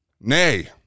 Nay